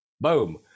boom